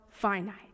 finite